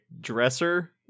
dresser